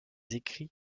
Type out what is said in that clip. écrits